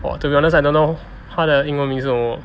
to be honest I don't know 他的英文名是什么